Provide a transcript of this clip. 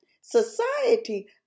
society